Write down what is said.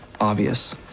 obvious